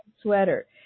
sweater